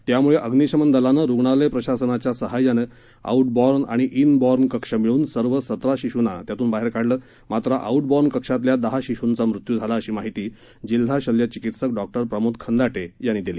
त्यामुळे अग्निशमन दलानं रुग्णालय प्रशासनाच्या सहाय्यानं आऊट बॉर्न आणि ति बॉर्न कक्ष मिळून सर्व सतरा शिशूंना त्यातून बाहेर काढलं मात्र आउट बॉर्न कक्षातल्या दहा शिशूंचा मृत्यू झाला अशी माहिती जिल्हा शल्यचिकित्सक डॉ प्रमोद खंदाटे यांनी दिली